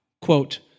Quote